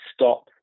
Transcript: stop